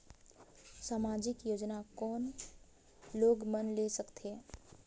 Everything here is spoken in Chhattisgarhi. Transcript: समाजिक योजना कोन लोग मन ले सकथे?